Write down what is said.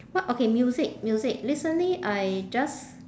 what okay music music recently I just